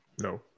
No